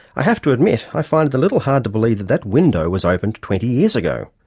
i have to admit i find it a little hard to believe that that window was opened twenty years ago.